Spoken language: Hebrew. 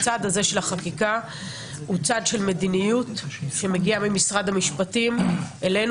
הצעד הזה של החקיקה הוא צעד של מדיניות שמגיע ממשרד המשפטים אלינו,